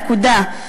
נקודה.